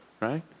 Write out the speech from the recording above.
right